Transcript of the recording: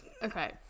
Okay